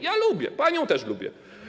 Ja lubię, panią też lubię.